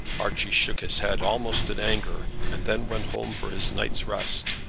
archie shook his head, almost in anger, and then went home for his night's rest.